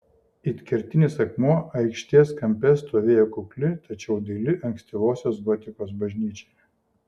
it kertinis akmuo aikštės kampe stovėjo kukli tačiau daili ankstyvosios gotikos bažnyčia